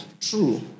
True